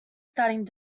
starting